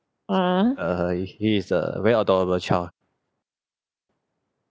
err he is a very adorable child